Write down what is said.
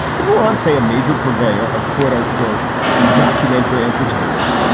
if we're on, say, a major purveyor of quote unquote documentary entertainment.